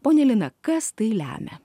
ponia lina kas tai lemia